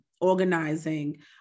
organizing